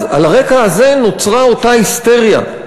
אז על הרקע הזה נוצרה אותה היסטריה,